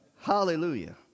Hallelujah